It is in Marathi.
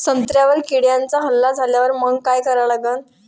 संत्र्यावर किड्यांचा हल्ला झाल्यावर मंग काय करा लागन?